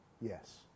yes